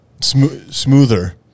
Smoother